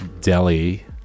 Delhi